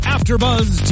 Afterbuzz